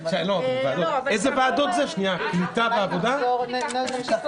לא, אבל תעבור לנושא הבא בינתיים.